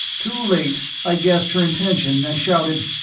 too late, i guessed her intention and shouted,